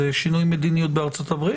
זה שינוי מדיניות בארצות הברית?